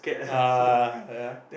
ah ya